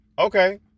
okay